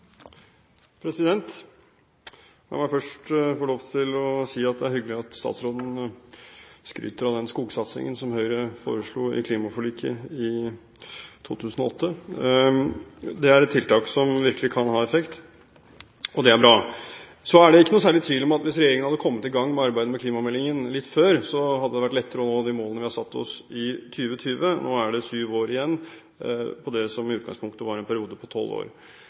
La meg først få lov til å si at det er hyggelig at statsråden skryter av den skogsatsingen som Høyre foreslo i klimaforliket i 2008. Det er et tiltak som virkelig kan ha effekt, og det er bra. Så er det ikke noen særlig tvil om at hvis regjeringen hadde kommet i gang med arbeidet med klimameldingen litt før, hadde det vært lettere å nå de målene vi har satt oss i 2020. Nå er det syv år igjen av det som i utgangspunktet var en periode på tolv år.